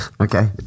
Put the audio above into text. Okay